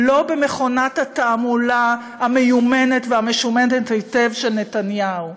לא במכונת התעמולה המיומנת והמשומנת היטב של נתניהו.